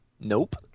Nope